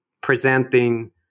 presenting